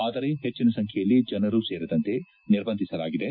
ಆದರೆ ಹೆಚ್ಚಿನ ಸಂಖ್ಯೆಯಲ್ಲಿ ಜನರು ಸೇರದಂತೆ ನಿರ್ಬಂಧಿಸಲಾಗಿದೆ